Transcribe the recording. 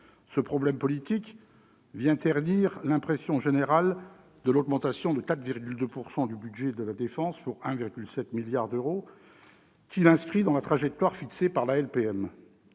Ce problème politique vient ternir l'impression générale de l'augmentation de 4,2 % du budget de la défense pour 1,7 milliard d'euros, qui l'inscrit dans la trajectoire fixée par la loi